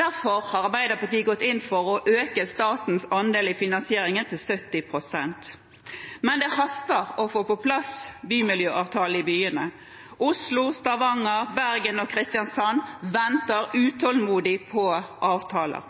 Derfor har Arbeiderpartiet gått inn for å øke statens andel i finansieringen til 70 pst. Men det haster å få på plass bymiljøavtaler i byene. Oslo, Stavanger, Bergen og Kristiansand venter utålmodig på avtaler.